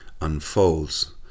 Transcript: unfolds